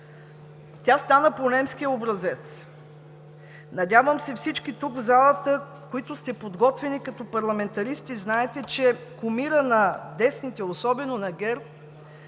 Тя стана по немски образец. Надявам се всички тук в залата, които сте подготвени като парламентаристи, знаете, че кумирът на десните, особено на ГЕРБ